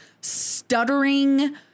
stuttering